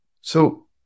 So-